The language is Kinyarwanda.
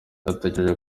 natekereje